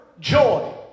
joy